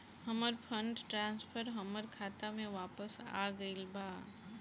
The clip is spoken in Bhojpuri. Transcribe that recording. हमर फंड ट्रांसफर हमर खाता में वापस आ गईल बा